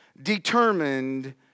determined